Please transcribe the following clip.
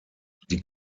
die